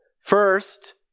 First